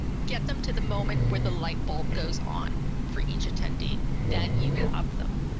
get them to the moment where the light bulb goes on for each attendee. then you have them.